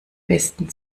besten